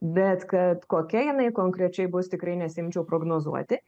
bet kad kokia jinai konkrečiai bus tikrai nesiimčiau prognozuoti